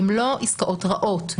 הן לא עסקאות רעות.